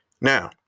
Now